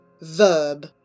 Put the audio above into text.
Verb